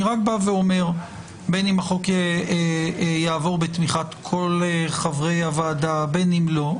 אני רק אומר שבין אם החוק יעבור בתמיכת כל חברי הוועדה ובין אם לא,